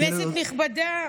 כנסת נכבדה,